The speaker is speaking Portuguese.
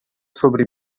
sobre